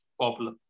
popular